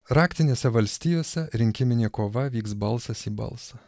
raktinėse valstijose rinkiminė kova vyks balsas į balsą